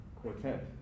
quartet